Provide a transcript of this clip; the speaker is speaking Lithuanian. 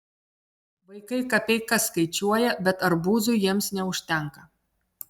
vaikai kapeikas skaičiuoja bet arbūzui jiems neužtenka